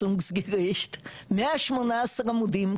118 עמודים,